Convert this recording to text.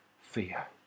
fear